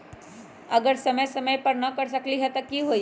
अगर समय समय पर न कर सकील त कि हुई?